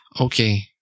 Okay